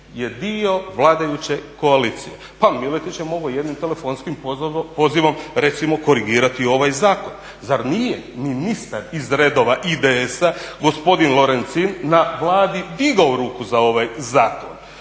je dio vladajuće koalicije. Pa Miletić je mogao jednim telefonskim pozivom recimo korigirati ovaj zakon. Zar nije ministar iz redova IDS-a gospodin Lorencin na Vladi digao ruku za ovaj zakon?